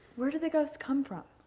where do the ghosts come from?